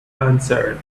answered